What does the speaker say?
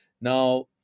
Now